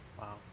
Wow